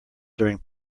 during